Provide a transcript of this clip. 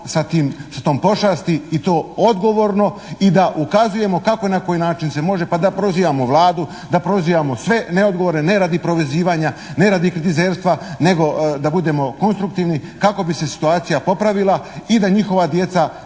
sa tom pošasti i to odgovorno i da ukazujemo kako i na koji način se može, pa da prozivamo Vladu, da prozivamo sve neodgovorne ne radi provezivanja, ne radi kritizerstva nego da budemo konstruktivni kako bi se situacija popravila i da njihova djeca,